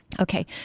Okay